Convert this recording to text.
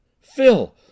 Phil